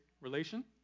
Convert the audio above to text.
relation